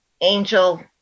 angel